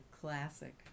classic